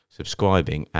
subscribing